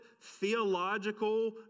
theological